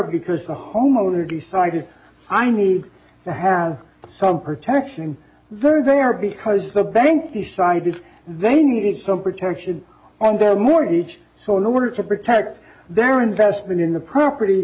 because the homeowner decided i need to have some protection there is a or because the bank decided they needed some protection on their mortgage so in order to protect their investment in the property